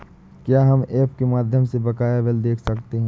क्या हम ऐप के माध्यम से बकाया बिल देख सकते हैं?